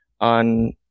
on